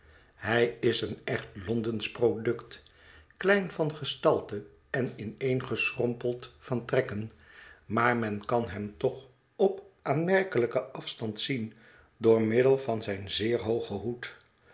hij is een echt londensch product klein van gestalte en ineengeschrompeld van trekken maar men kan hem toch op aanmerkelijken afstand zien door middel van zijn zeer hoogen hoed